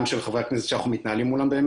גם של חברי הכנסת שאנחנו מתנהלים מולם.